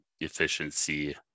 efficiency